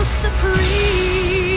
supreme